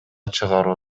чыгаруу